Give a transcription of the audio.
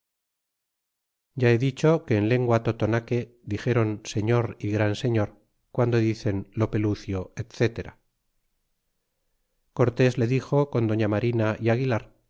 ya he dicho que en lengua totonaque dixéron señor y gran señor guando dicen lopelucio etc y cortés le dixo con doña marina é aguilar